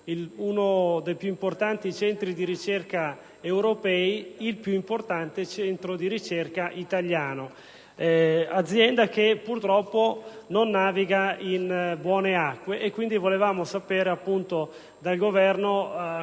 uno dei più importanti centri di ricerca europei, il più importante italiano, azienda che purtroppo non naviga in buone acque. Vorremmo sapere dal Governo